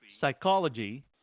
psychology